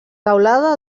teulada